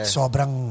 sobrang